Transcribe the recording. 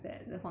mmhmm